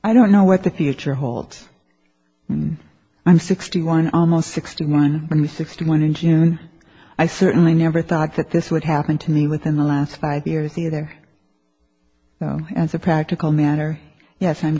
i don't know what the future holds and i'm sixty one almost sixty one and with sixty one in june i certainly never thought that this would happen to me within the last five years either as a practical matter yes i'm